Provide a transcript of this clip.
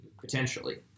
potentially